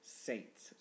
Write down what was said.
Saints